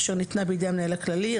אשר ניתנה בידי המנהל הכללי,